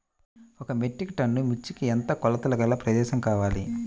ఒక metric ton మిర్చికి ఎంత కొలతగల ప్రదేశము కావాలీ?